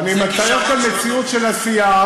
אני מתאר כאן מציאות של עשייה,